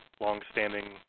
long-standing